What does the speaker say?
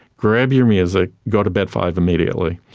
grab your music, go to bed five immediately.